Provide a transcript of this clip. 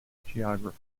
geographers